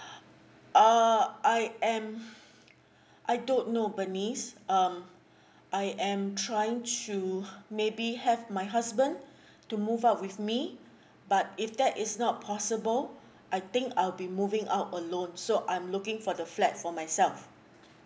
uh I am I don't know bernice um I am trying to maybe have my husband to move out with me but if that is not possible I think I'll be moving out alone so I'm looking for the flat for myself